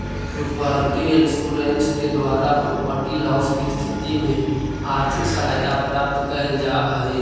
property insurance के द्वारा property loss के स्थिति में आर्थिक सहायता प्राप्त कैल जा हई